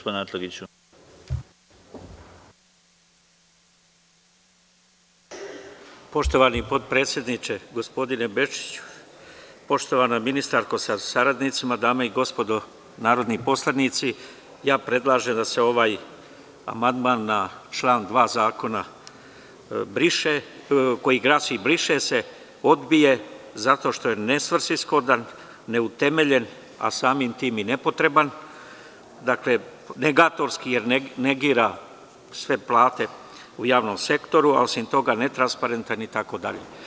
Poštovani potpredsedniče gospodine Bečiću, poštovana ministarko sa saradnicima, dame i gospodo narodni poslanici, predlažem da se ovaj amandman na član 2. zakona, koji glasi – briše se, odbije zato što je nesvrsishodan, neutemeljen, a samim tim i nepotreban, dakle, negatorski je, jer negira sve plate u javnom sektoru, a osim toga i netransparentan je itd.